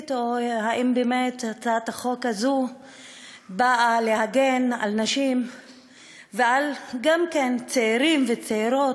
או האם באמת הצעת החוק הזאת באה להגן על נשים וגם על צעירים וצעירות,